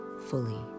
fully